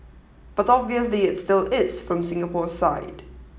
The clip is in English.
but obviously it still is from Singapore's side